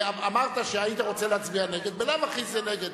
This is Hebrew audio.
אמרת שהיית רוצה להצביע נגד, בלאו הכי זה נגד.